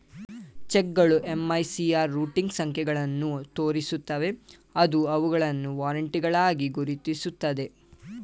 ಚೆಕ್ಗಳು MICR routing ಸಂಖ್ಯೆಗಳನ್ನು ತೋರಿಸುತ್ತವೆ ಅದು ಅವುಗಳನ್ನು ವಾರೆಂಟ್ಗಳಾಗಿ ಗುರುತಿಸುತ್ತದೆ